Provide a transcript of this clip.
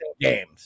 games